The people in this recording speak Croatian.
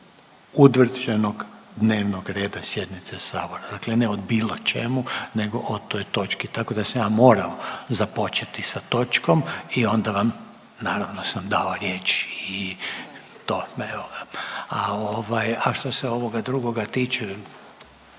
utvrđenog dnevnog reda sjednice sabora, dakle ne o bilo čemu nego o toj točki. Tako da sam ja morao započeti sa točkom i onda vam naravno, sam dao riječ i to. Evo, a ovaj, a što se ovoga drugoga tiče,